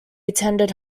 attended